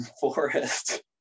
forest